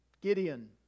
Gideon